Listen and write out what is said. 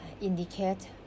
indicate